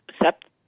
accept